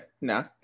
no